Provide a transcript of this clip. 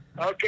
Okay